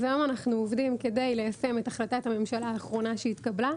אז היום אנחנו עובדים כדי ליישם את החלטת הממשלה האחרונה שהתקבלה,